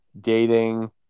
dating